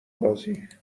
بازی